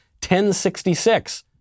1066